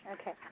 Okay